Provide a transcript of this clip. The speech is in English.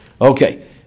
Okay